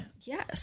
Yes